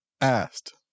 asked